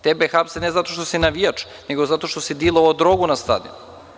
Tebi hapse ne zato što si navijač, nego zato što si dilovao drogu na stadionu.